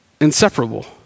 Inseparable